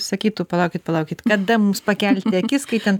sakytų palaukit palaukit kada mums pakelti akis kai ten